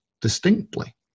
distinctly